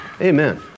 Amen